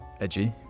Edgy